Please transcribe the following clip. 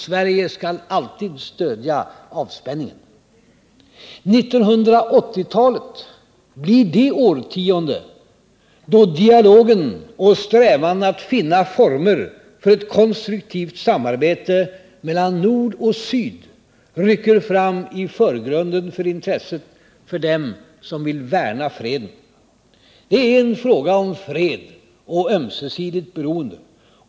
Sverige skall alltid stödja avspänningen. 1980-talet biir det årtionde då dialogen och strävan att finna former för konstruktivt samarbete mellan nord och syd rycker fram i förgrunden för intresset för dem som vill värna freden. Det är en fråga om fred och ömsesidigt beroende.